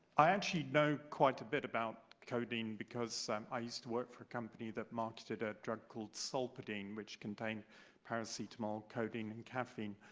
i actually know quite a bit about codeine, because so um i used to work for a company that marketed a drug called solpadeine, which contained paracetamol, codeine, and caffeine.